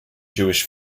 jewish